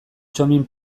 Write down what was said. txomin